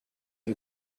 you